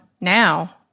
now